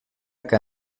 que